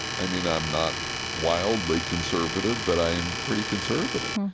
i mean, i'm not wildly conservative, but i am pretty conservative.